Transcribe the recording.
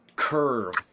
Curve